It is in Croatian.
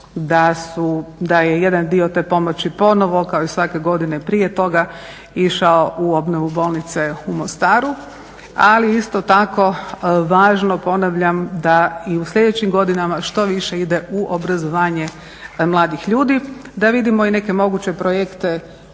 da je jedan dio te pomoći ponovo kao i svake godine prije toga išao u obnovu bolnice u Mostaru, ali isto tako važno ponavljam da i u sljedećim godinama što više ide u obrazovanje mladih ljudi, da vidimo i neke moguće projekte.